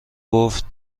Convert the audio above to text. گفت